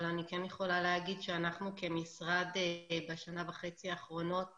אבל אני כן יכולה להגיד שאנחנו כמשרד בשנה וחצי האחרונות